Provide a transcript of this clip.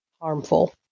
harmful